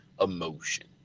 emotion